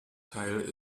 teil